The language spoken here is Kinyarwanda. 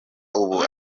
n’ubu